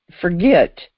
forget